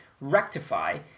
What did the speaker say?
rectify